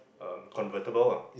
um convertible ah